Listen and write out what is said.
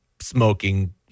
smoking